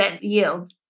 yield